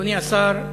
אדוני השר,